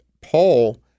Paul